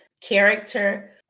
character